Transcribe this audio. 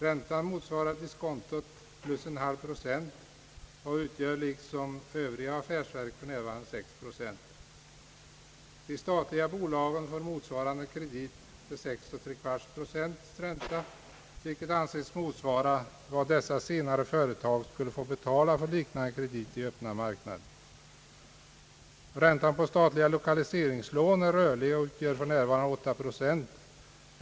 Räntan motsvarar diskontot plus en halv procent och utgör liksom för övriga affärsverk för närvarande 6 procent. De statliga bolagen får motsvarande kredit till 6 1/2 procents ränta, vilket ansetis motsvara vad dessa senare företag skulle få betala för liknande kredit i öppna marknaden. Räntan på statliga lokaliseringslån är rörlig och utgör för närvarande 8 procent.